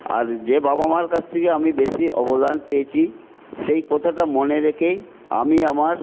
আর যে বাবা মার কাছ থেকে আমি বেশি অবদান পেয়েছি সেই কথাটা মনে রেখেই আমি আমার